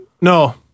No